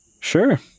Sure